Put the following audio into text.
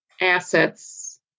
assets